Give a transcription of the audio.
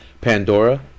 Pandora